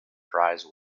prize